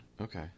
Okay